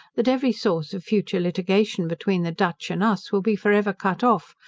that every source of future litigation between the dutch and us will be for ever cut off,